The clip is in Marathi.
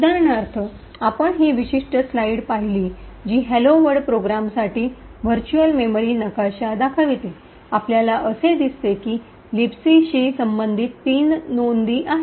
उदाहरणार्थ आपण ही विशिष्ट स्लाइड पाहिली जी हॅलो वर्ल्ड प्रोग्रामसाठी व्हर्च्युअल मेमरी नकाशा दर्शविते आपल्याला असे दिसते की लिबसी शी संबंधित तीन नोंदी आहेत